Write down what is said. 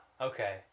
okay